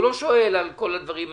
הוא לא שואל על כל הדברים האחרים,